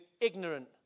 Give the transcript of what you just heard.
ignorant